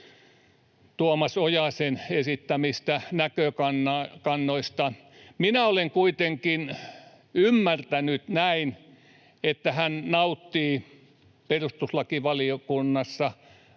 Tuomas Ojasen esittämistä näkökannoista. Minä olen kuitenkin ymmärtänyt näin, että hän nauttii perustuslakivaliokunnassa